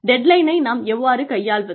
dead லைனை நாம் எவ்வாறு கையாள்வது